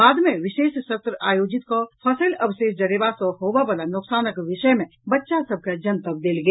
बाद मे विशेष सत्र आयोजित कऽ फसिल अवशेष जरेबा सँ होबय वला नोकसानक विषय मे बच्चा सभ के जनतब देल गेल